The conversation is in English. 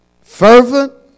fervent